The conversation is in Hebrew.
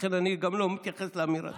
לכן אני גם לא מתייחס לאמירה שלו.